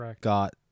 got